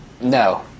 No